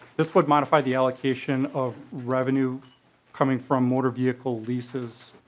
this would modify the allocation of revenue coming from motor vehicle leases.